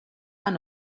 when